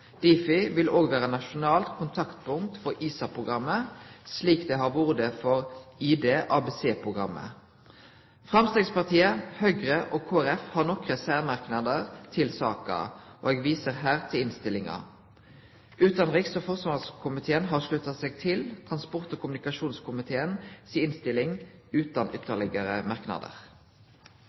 Difi vil òg vere nasjonalt kontaktpunkt for ISA-programmet, slik det har vore for IDABC-programmet. Framstegspartiet, Høgre og Kristeleg Folkeparti har nokre særmerknader til saka, og eg viser her til innstillinga. Utanriks- og forsvarskomiteen har slutta seg til transport- og kommunikasjonskomiteen si innstilling utan ytterlegare merknader.